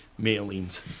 mailings